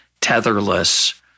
tetherless